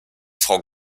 frau